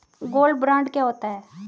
Gold bond क्या होता है?